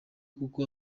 kuko